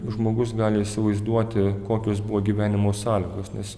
žmogus gali įsivaizduoti kokios buvo gyvenimo sąlygos nes